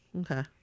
Okay